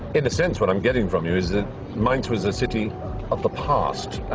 in a sense, what i'm getting from you is that mainz was a city of the past,